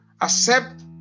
accept